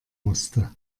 musste